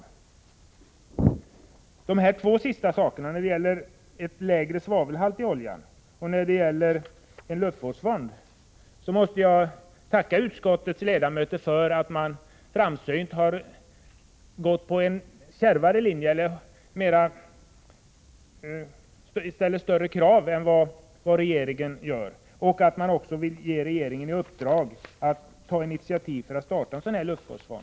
Då det gäller de två sistnämnda sakerna — en lägre svavelhalt i oljan och en luftvårdsfond — måste jag tacka utskottets ledamöter för att de framsynt har gått på en kärvare linje och ställer större krav än vad regeringen gör. Man vill också ge regeringen i uppdrag att ta initiativ till att starta en sådan luftvårdsfond.